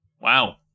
wow